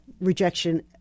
rejection